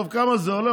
טוב, כמה זה עולה?